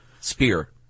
spear